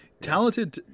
Talented